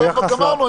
גמרנו.